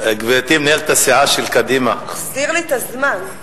גברתי מנהלת הסיעה של קדימה, תחזיר לי את הזמן.